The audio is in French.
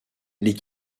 les